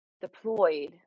deployed